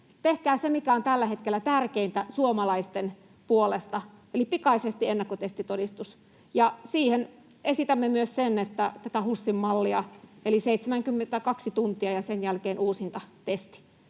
Tehkää se, mikä on tällä hetkellä tärkeintä suomalaisten puolesta, eli pikaisesti ennakkotestitodistus. Ja siihen esitämme myös tätä HUSin mallia: eli 72 tuntia ja sen jälkeen uusintatesti.